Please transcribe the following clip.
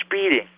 speeding